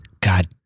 God